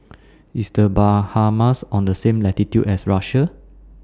IS The Bahamas on The same latitude as Russia